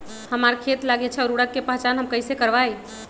हमार खेत लागी अच्छा उर्वरक के पहचान हम कैसे करवाई?